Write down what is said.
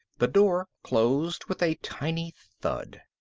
the door closed with a tiny thud.